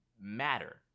matter